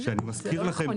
לא נכון.